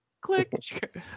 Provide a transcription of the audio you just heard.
Click